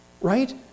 Right